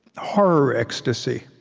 horror ecstasy.